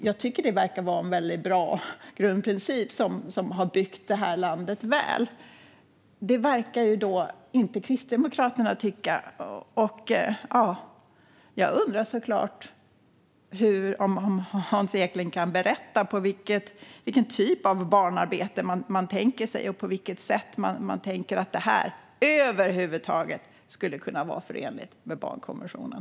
Jag tycker att det verkar vara en väldigt bra grundprincip som har byggt det här landet och tjänat det väl. Det verkar inte Kristdemokraterna tycka. Jag undrar såklart om Hans Eklind kan berätta vilken typ av barnarbete man tänker sig och på vilket sätt man tänker att det här över huvud taget skulle kunna vara förenligt med barnkonventionen.